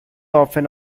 often